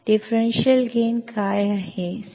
differential gain ಏನು